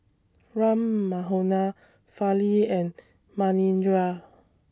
Ram Manohar Fali and Manindra